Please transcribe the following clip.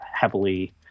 heavily